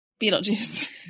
Beetlejuice